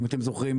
אם אתם זוכרים,